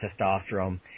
testosterone